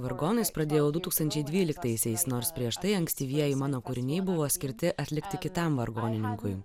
vargonais pradėjau du tūkstančiai dvyliktaisiais nors prieš tai ankstyvieji mano kūriniai buvo skirti atlikti kitam vargonininkui